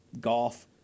golf